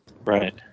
Right